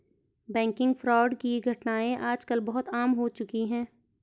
banking fraud की घटनाएं आज कल बहुत आम हो चुकी है